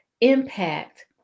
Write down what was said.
impact